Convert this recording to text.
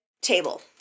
table